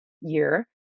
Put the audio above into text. year